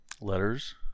Letters